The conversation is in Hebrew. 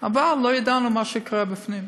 אבל לא ידענו מה שקורה בפנים.